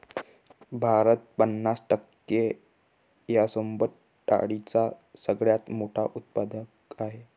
भारत पन्नास टक्के यांसोबत डाळींचा सगळ्यात मोठा उत्पादक आहे